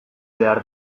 behar